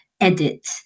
edit